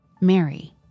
Mary